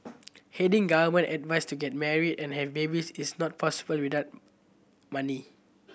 heeding government advice to get married and have babies is not possible without money